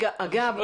אגב,